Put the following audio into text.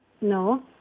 No